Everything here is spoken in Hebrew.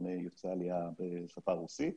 יוצאי העלייה בשפה הרוסית.